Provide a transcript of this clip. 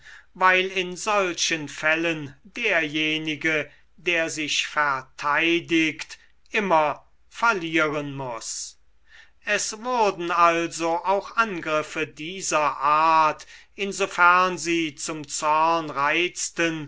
weil in solchen fällen derjenige der sich verteidigt immer verlieren muß es wurden also auch angriffe dieser art insofern sie zum zorn reizten